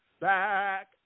Back